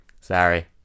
Sorry